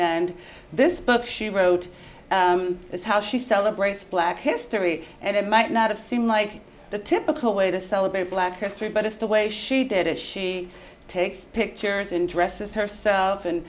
and this book she wrote this how she celebrates black history and it might not seem like the typical way to celebrate black history but it's the way she did it she takes pictures and dresses herself and